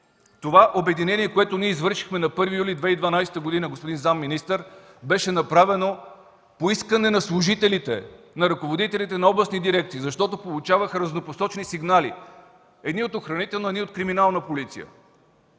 Това обединение, което ние извършихме на 1 юли 2012 г., господин заместник-министър, беше направено по искане на служителите, на ръководителите на областни дирекции, защото получаваха разнопосочни сигнали – едни от охранителна, едни от криминална полиция.